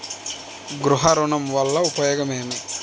గృహ ఋణం వల్ల ఉపయోగం ఏమి?